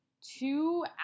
two